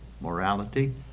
morality